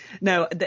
no